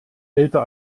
älter